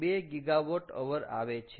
2 GWH આવે છે